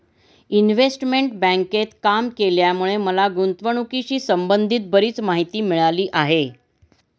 investment बँकेत काम केल्यामुळे मला गुंतवणुकीशी संबंधित बरीच माहिती मिळाली आहे